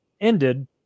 ended